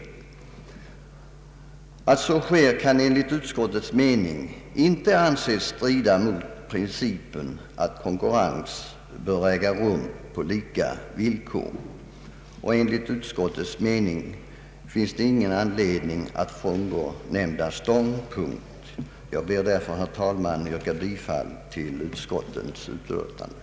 Att så sker kan enligt utskottets mening inte anses strida mot principen att konkurrens bör äga rum på lika villkor. Enligt utskottets mening finns det ingen anledning att frångå nämnda ståndpunkt. Jag ber därför, herr talman, att få yrka bifall till utskottets hemställan.